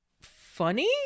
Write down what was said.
funny